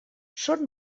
són